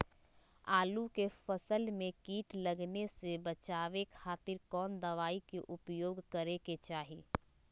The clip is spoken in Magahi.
आलू के फसल में कीट लगने से बचावे खातिर कौन दवाई के उपयोग करे के चाही?